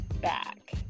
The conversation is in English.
back